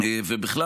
ובכלל,